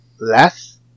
less